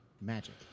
Magic